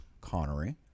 Connery